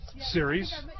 series